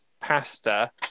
pasta